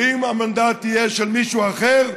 ואם המנדט יהיה של מישהו אחר,